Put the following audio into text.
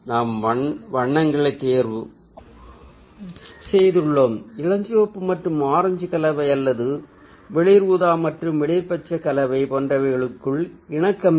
நாம் வண்ணங்களைத் தேர்வு செய்துள்ளோம் இளஞ்சிவப்பு மற்றும் ஆரஞ்சு கலவை அல்லது வெளிர் ஊதா மற்றும் வெளிர் பச்சை கலவை போன்றவைகளுக்குள் இணக்கம் இல்லை